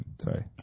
Sorry